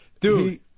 Dude